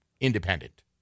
independent